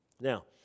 Now